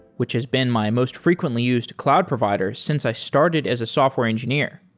which has been my most frequently used cloud provider since i started as a software engineer.